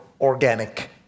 organic